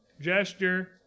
gesture